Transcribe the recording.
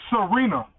Serena